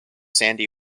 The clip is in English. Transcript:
sandy